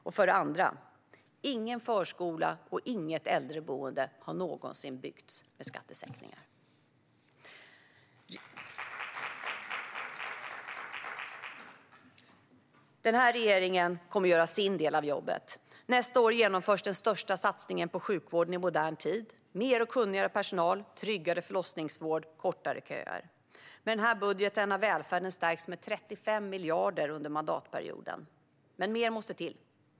För det andra: Ingen förskola och inget äldreboende har någonsin byggts med skattesänkningar. Denna regering kommer att göra sin del av jobbet. Nästa år genomförs den största satsningen på sjukvården i modern tid, med mer och kunnigare personal, tryggare förlossningsvård och kortare köer. Med den här budgeten har välfärden stärkts med 35 miljarder under mandatperioden, men mer måste till.